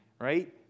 Right